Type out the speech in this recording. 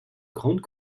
grandes